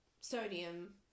sodium